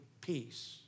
peace